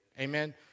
amen